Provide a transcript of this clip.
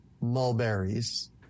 mulberries